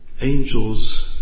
Angels